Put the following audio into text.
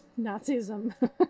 Nazism